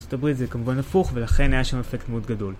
זאת אומרת זה כמובן הפוך ולכן היה שם אפקט מאוד גדול